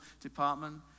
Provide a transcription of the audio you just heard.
department